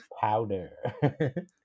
Powder